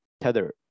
Tether